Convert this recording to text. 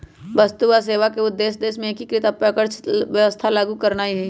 वस्तु आऽ सेवा कर के उद्देश्य देश में एकीकृत अप्रत्यक्ष कर व्यवस्था लागू करनाइ हइ